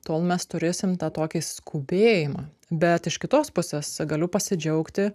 tol mes turėsim tą tokį skubėjimą bet iš kitos pusės galiu pasidžiaugti